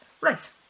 Right